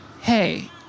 Hey